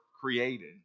created